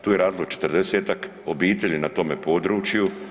Tu je radilo 40-tak obitelji na tome području.